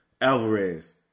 Alvarez